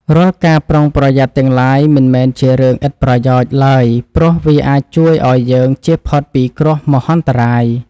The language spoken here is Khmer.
រាល់ការប្រុងប្រយ័ត្នទាំងឡាយមិនមែនជារឿងឥតប្រយោជន៍ឡើយព្រោះវាអាចជួយឱ្យយើងចៀសផុតពីគ្រោះមហន្តរាយ។